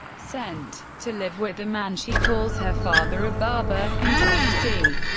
sent to live with the man she calls her father, a barber in tennessee,